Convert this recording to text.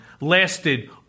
lasted